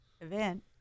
event